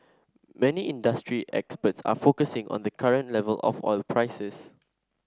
many industry experts are focusing on the current level of oil prices